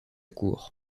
cour